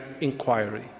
inquiry